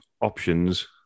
options